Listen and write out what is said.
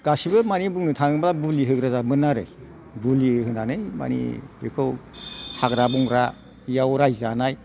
गासिबो मानि बुंनो थाङोब्ला बर'फ्रा बुलि होग्रामोन आरो बुलि होन्नानै मानि बेखौ हाग्रा बंग्राआव रायजो जानाय